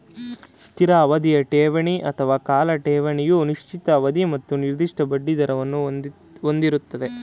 ಸ್ಥಿರ ಅವಧಿಯ ಠೇವಣಿ ಅಥವಾ ಕಾಲ ಠೇವಣಿಯು ನಿಶ್ಚಿತ ಅವಧಿ ಮತ್ತು ನಿರ್ದಿಷ್ಟ ಬಡ್ಡಿದರವನ್ನು ಹೊಂದಿರುತ್ತೆ